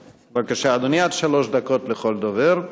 בבקשה, אדוני, עד שלוש דקות לכל דובר.